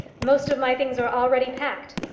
most of my things are already packed.